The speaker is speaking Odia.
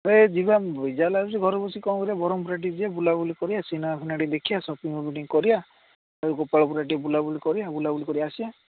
ଏ ଯିବା ବିଜାର ଲାଗୁଛି ଘରେ ବସିକି କ'ଣ କରିବା ବ୍ରହ୍ମପୁର ଆଡ଼େ ଟିକିଏ ଯିବା ବୁଲାବୁଲି କରିବା ସିନେମା ଫିନେମା ଟିକିଏ ଦେଖିଆ ସପିଂ ଫପିଂ ଟିକିଏ କରିବା ଗୋପାଳପୁର ଆଡ଼େ ଟିକିଏ ବୁଲାବୁଲି କରିବା ବୁଲାବୁଲି କରି ଆସିବା